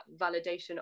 validation